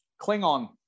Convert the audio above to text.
Klingon